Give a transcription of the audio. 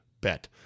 bet